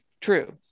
true